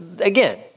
again